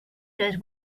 goes